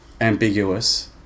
ambiguous